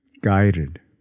guided